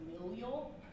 familial